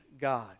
God